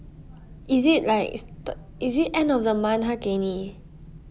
is it like th~ is it end of the month 它给你